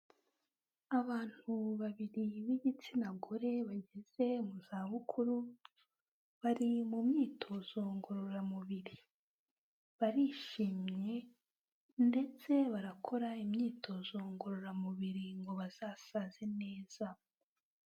Abantu babiri b'igitsina gore bageze mu zabukuru, bari mu myitozo ngororamubiri, barishimye ndetse barakora imyitozo ngororamubiri ngo bazasaze neza.